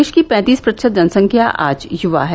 देश की पैंतीस प्रतिशत जनसंख्या आज युवा है